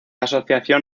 asociación